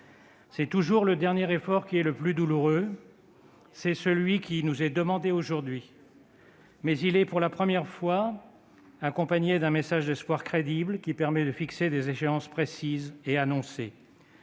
c'est toujours le dernier effort qui est le plus douloureux ; c'est celui qui nous est demandé aujourd'hui. Pour la première fois, il est accompagné d'un message d'espoir crédible qui permet de fixer des échéances précises et annoncées.